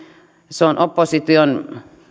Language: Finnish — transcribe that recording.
se on opposition